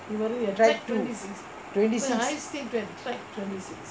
நீ வருவியே:nee varuviyae track two twenty six